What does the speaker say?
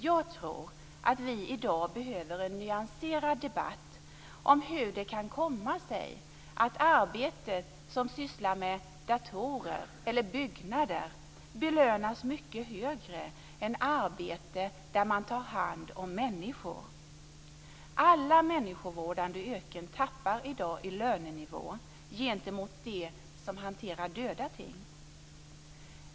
Jag tror att vi i dag behöver en nyanserad debatt om hur det kan komma sig att arbete som innebär att man sysslar med datorer eller byggnader belönas mycket bättre än arbete som innebär att man tar hand om människor. Alla människovårdande yrken tappar i dag i lönenivå gentemot dem som hanterar döda ting.